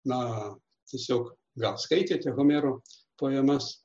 na tiesiog gal skaitėte homero poemas